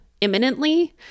imminently